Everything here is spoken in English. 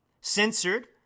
censored